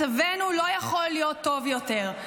מצבנו לא יכול להיות טוב יותר,